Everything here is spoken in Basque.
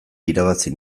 irabazi